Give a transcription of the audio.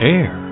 Air